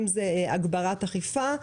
האם זה הגברת אכיפה,